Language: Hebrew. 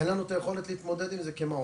אין לנו את היכולת להתמודד עם זה כמעון,